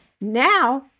Now-